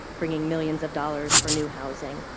bringing millions of dollars for new housing.